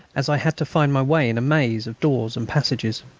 as i had to find my way in a maze of doors and passages.